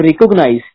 recognize